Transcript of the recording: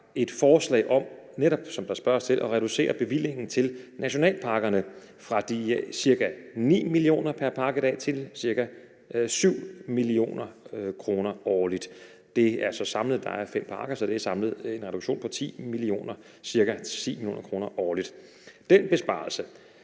et forslag om, netop som der spørges til, at reducere bevillingen til nationalparkerne fra de ca. 9 mio. kr. pr. park i dag til ca. 7 mio. kr. årligt. Der er fem parker, så det er samlet en reduktion på ca. 10 mio. kr. årligt. Den besparelse